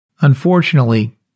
Unfortunately